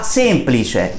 semplice